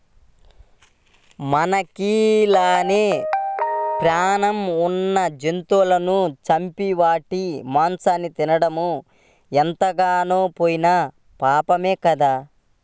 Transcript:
మనకి లానే పేణం ఉన్న జంతువులను చంపి వాటి మాంసాన్ని తినడం ఎంతగాకపోయినా పాపమే గదా